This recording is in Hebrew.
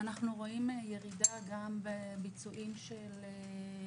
אנחנו רואים ירידה גם בביצועים של קריאה,